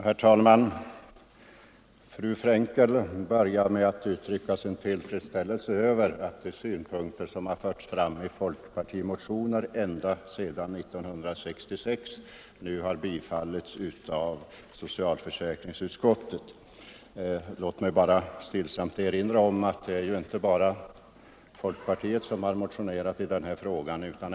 Herr talman! Fru Frenkel började sitt anförande med att uttrycka tillfredsställelse över att de synpunkter som förts fram i folkpartiets motioner ända sedan 1966 nu har beaktats av socialförsäkringsutskottet. Låt mig då bara stillsamt erinra om att det inte bara är folkpartiet som har motionerat i denna fråga.